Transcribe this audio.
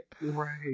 Right